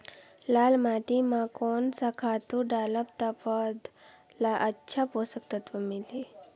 लाल माटी मां कोन सा खातु डालब ता पौध ला अच्छा पोषक तत्व मिलही?